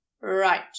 Right